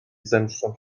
zemszczą